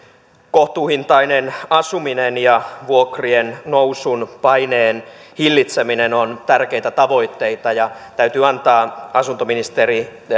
kohtuuhintainen asuminen ja vuokriennousun paineen hillitseminen ovat tärkeitä tavoitteita ja täytyy antaa asuntoministeri